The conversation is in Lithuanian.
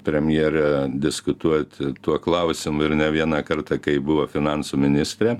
premjere diskutuoti tuo klausimu ir ne vieną kartą kai buvo finansų ministrė